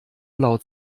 laut